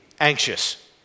anxious